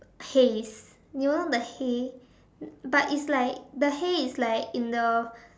hays you know the hay but it's like the hay is like in the